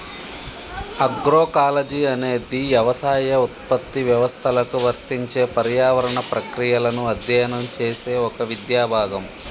agroecology అనేది యవసాయ ఉత్పత్తి వ్యవస్థలకు వర్తించే పర్యావరణ ప్రక్రియలను అధ్యయనం చేసే ఒక విద్యా భాగం